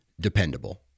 dependable